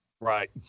Right